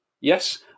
Yes